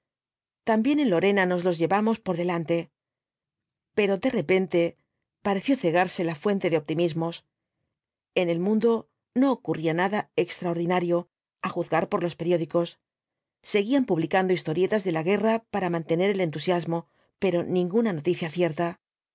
también en lorena nos los llevamos por delante pero de repente pareció cegarse la fuente de optimismos en el mundo no ocurría nada extraordinario á juzgar por los periódicos seguían publicando historietas de la guerra para mantener el entusiasmo pero ninguna noticia cierta